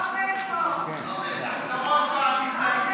יואב קיש, שלמה קרעי, יצחק פינדרוס,